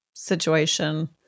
situation